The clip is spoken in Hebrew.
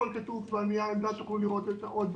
הכול כתוב בנייר עמדה, תוכלו לראות עוד דברים.